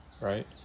right